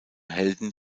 helden